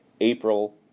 April